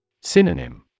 Synonym